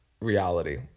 reality